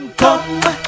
come